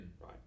right